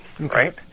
Okay